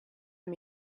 him